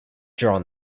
drawn